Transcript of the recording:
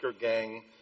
gang